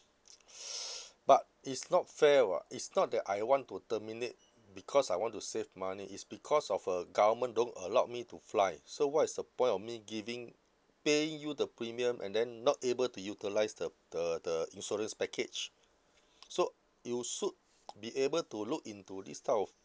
but it's not fair [what] it's not that I want to terminate because I want to save money it's because of uh government don't allow me to fly so what is the point of me giving paying you the premium and then not able to utilise the the the insurance package so you should be able to look into this type of